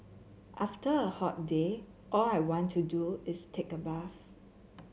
after a hot day all I want to do is take a bath